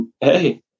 hey